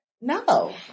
no